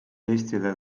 eestile